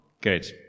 good